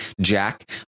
Jack